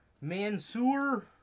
Mansoor